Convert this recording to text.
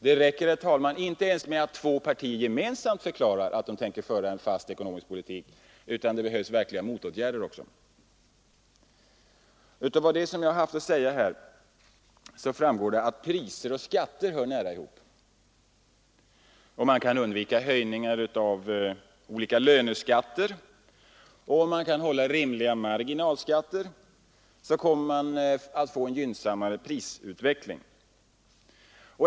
Det räcker herr talman, inte ens med att två partier gemensamt förklarar att de tänker föra en fast ekonomisk politik, utan det behövs verkliga motåtgärder också. Av vad jag haft att säga här framgår att priser och skatter hör nära ihop. Om man kan undvika höjningar av olika löneskatter och om man kan hålla rimliga marginalskatter kommer man att få en gynnsammare prisutveckling.